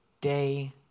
day